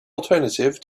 alternative